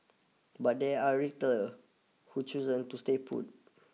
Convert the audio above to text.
but there are retailer who chosen to stay put